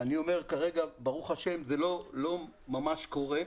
אני אומר שכרגע ברוך השם זה לא ממש קורה,